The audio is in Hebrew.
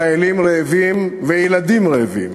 חיילים רעבים וילדים רעבים.